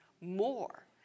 more